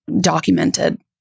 documented